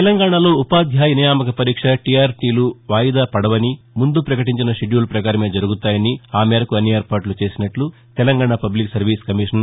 తెలంగాణాలో ఉపాధ్యాయ నియామక పరీక్ష టీఆర్టీలు వాయిదా పడవనీ ముందు పకటించిన షెడ్యూల్ ప్రకారమే జరుగుతాయనీ ఆ మేరకు అన్ని ఏర్పాట్లు చేసినట్లు తెలంగాణ పబ్లిక్ సర్వీస్ కమిషన్